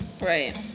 Right